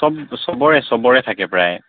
চব চবৰে চবৰে থাকে প্ৰায়